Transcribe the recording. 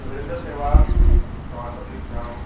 त विरेंद्र सहवाग तव्हां सभई सुञाणो